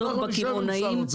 אז אנחנו נשב עם שר האוצר.